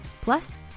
Plus